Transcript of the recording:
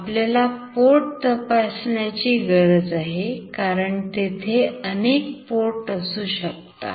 आपल्याला पोर्ट तपासण्याची गरज आहे कारण तेथे अनेक पोर्ट असू शकतात